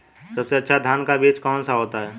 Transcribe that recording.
सबसे अच्छा धान का बीज कौन सा होता है?